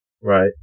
Right